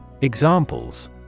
Examples